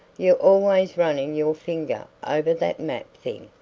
you're always running your finger over that map thing,